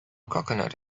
coconut